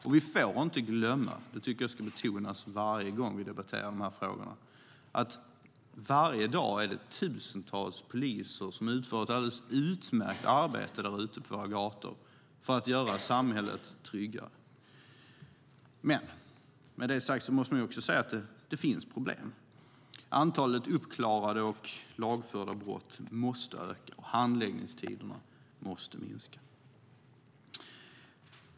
Men vi får inte glömma - och jag tycker att detta ska betonas varje gång vi debatterar dessa frågor - att det varje dag är tusentals poliser som utför ett alldeles utmärkt arbete där ute på våra gator för att göra samhället tryggare. Med detta sagt måste man också se att det finns problem. Antalet uppklarade och lagförda brott måste öka, och handläggningstiderna måste minska.